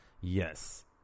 yes